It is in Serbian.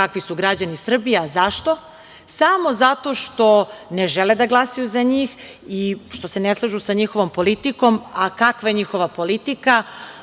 kakvi su građani Srbije.Zašto to pričaju? Samo zato što ne žele da glasaju za njih i što se ne slažu sa njihovom politikom. Kakva je njihova politika?